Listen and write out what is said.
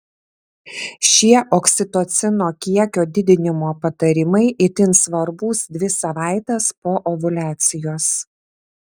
šie oksitocino kiekio didinimo patarimai itin svarbūs dvi savaites po ovuliacijos